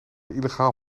illegaal